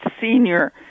senior